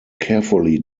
carefully